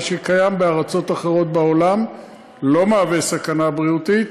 מה שקיים בארצות אחרות בעולם ולא מהווה סכנה בריאותית,